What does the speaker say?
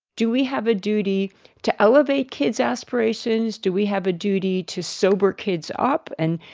do we have a duty to elevate kids' aspirations? do we have a duty to sober kids up and,